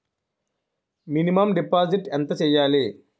Minimum deposit ఎంత చెయ్యాలి?